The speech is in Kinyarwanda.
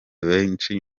benshi